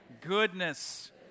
goodness